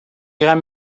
grands